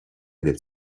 del